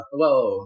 Whoa